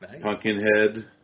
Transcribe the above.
Pumpkinhead